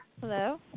Hello